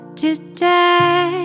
today